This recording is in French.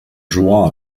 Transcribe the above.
jouant